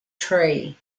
tree